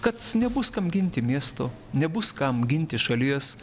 kad nebus kam ginti miesto nebus kam ginti šalies